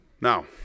Now